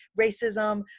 racism